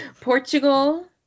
Portugal